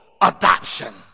adoption